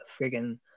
friggin